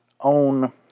own